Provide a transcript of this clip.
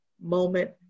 moment